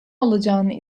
olacağını